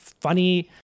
funny